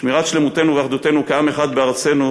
שמירת שלמותנו ואחדותנו כעם אחד בארצנו,